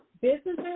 Businesses